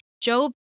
Job